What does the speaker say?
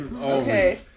Okay